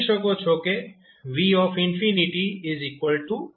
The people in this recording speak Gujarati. તમે કહી શકો છો કે v 30 V છે